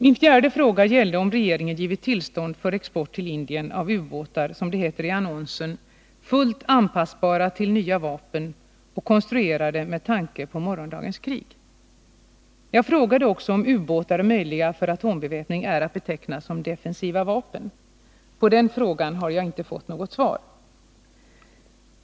Min fjärde fråga gällde om regeringen givit tillstånd för export till Indien av ubåtar, som det heter i annonsen, ”fullt anpassbara till nya vapen och konstruerade med tanke på morgondagens krig”. Jag frågade också om ubåtar möjliga för atombeväpning är att beteckna som defensiva vapen. På den frågan har jag inte fått något svar.